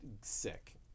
sick